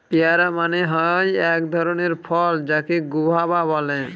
পেয়ারা মানে হয় এক ধরণের ফল যাকে গুয়াভা বলে